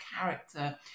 character